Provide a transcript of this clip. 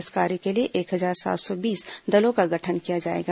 इस कार्य के लिए एक हजार सात सौ बीस दलों का गठन किया जाएगा